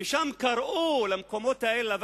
וקראו למקומות האלה,